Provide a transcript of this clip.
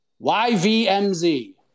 YVMZ